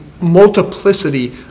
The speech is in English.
multiplicity